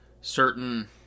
certain